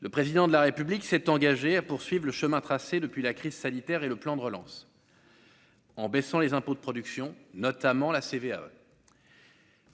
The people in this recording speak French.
le président de la République s'est engagé à poursuivre le chemin tracé depuis la crise sanitaire et le plan de relance en baissant les impôts de production, notamment la CVAE